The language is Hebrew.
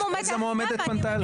אני המועמדת היחידה.